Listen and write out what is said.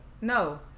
No